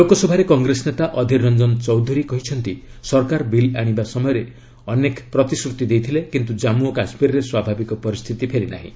ଲୋକସଭାରେ କଂଗ୍ରେସ ନେତା ଅଧିରରଞ୍ଜର ଚୌଧୁରୀ କହିଛନ୍ତି ସରକାର ବିଲ୍ ଆଣିବା ସମୟରେ ଅନେକ ପ୍ରତିଶ୍ରତି ଦେଇଥିଲେ କିନ୍ତୁ ଜାମ୍ମୁ ଓ କାଶ୍ମୀରରେ ସ୍ୱାଭାବିକ ପରିସ୍ଥିତି ଫେରିନାହିଁ